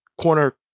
corner